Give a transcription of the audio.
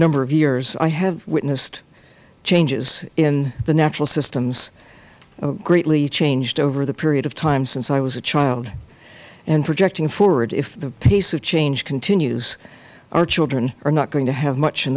number of years i have witnessed changes in the natural systems that have greatly changed over the period of time since i was a child in projecting forward if the pace of change continues our children are not going to have much in